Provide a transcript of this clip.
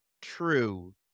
true